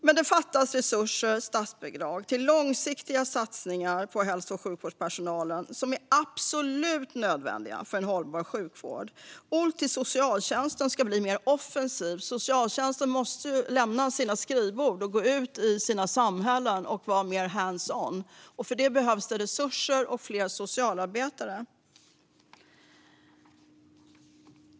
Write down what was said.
Men det fattas resurser, statsbidrag, för långsiktiga satsningar på hälso och sjukvårdspersonalen som är absolut nödvändiga för en hållbar sjukvård och satsningar för att socialtjänsten ska kunna bli mer offensiv. Socialtjänsten måste lämna sina skrivbord och gå ut i sina samhällen och vara mer hands-on. För detta behövs resurser och fler socialarbetare.